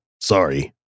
sorry